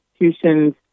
institutions